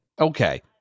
Okay